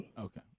Okay